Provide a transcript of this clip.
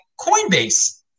Coinbase